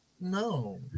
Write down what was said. no